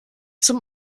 zum